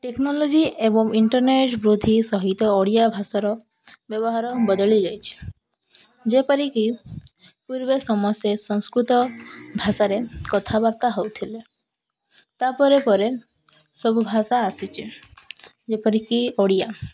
technology ଏବଂ internet ବୃଦ୍ଧି ସହିତ ଓଡ଼ିଆ ଭାଷାର ବ୍ୟବହାର ବଦଳି ଯାଇଛି ଯେପରିକି ପୂର୍ବେ ସମସ୍ତେ ସଂସ୍କୃତ ଭାଷାରେ କଥାବାର୍ତ୍ତା ହଉଥିଲେ ତା'ପରେ ପରେ ସବୁ ଭାଷା ଆସିଛି ଯେପରିକି ଓଡ଼ିଆ